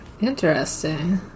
Interesting